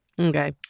Okay